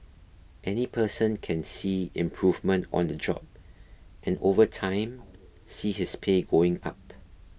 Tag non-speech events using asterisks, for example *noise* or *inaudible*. any person can see improvement on the job *noise* and over *noise* time see his pay going up